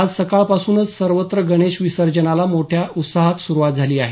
आज सकाळपासूनच सर्वत्र गणेश विसर्जनाला मोठ्या उत्साहात सुरुवात झाली आहे